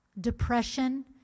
depression